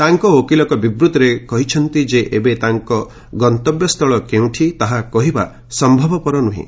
ତାଙ୍କ ଓକିଲ ଏକ ବିବୂଭିରେ କହିଛନ୍ତି ଯେ ଏବେ ତାଙ୍କ ଗନ୍ତବ୍ୟସ୍ଥଳ କେଉଁଠି ତାହା କହିବା ସମ୍ଭବ ନୁହେଁ